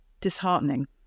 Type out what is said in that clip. disheartening